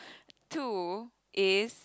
two is